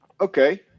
okay